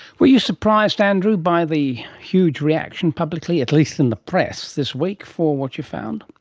were you surprised, andrew, by the huge reaction publicly, at least in the press, this week for what you found?